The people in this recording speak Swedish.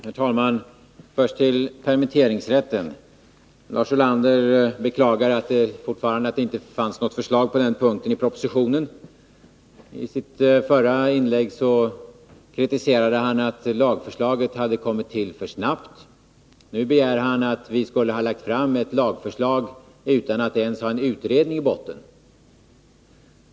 Herr talman! Först till permitteringsrätten. Lars Ulander beklagar att det fortfarande inte fanns förslag på den punkten i propositionen. I sitt förra inlägg kritiserade han att lagförslaget hade kommit till för snabbt. Nu begär han att vi skulle ha lagt fram ett lagförslag utan att ens ha en utredning i botten.